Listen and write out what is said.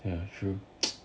ya true